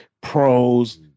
pros